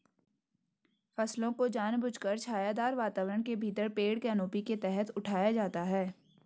फसलों को जानबूझकर छायादार वातावरण के भीतर पेड़ कैनोपी के तहत उठाया जाता है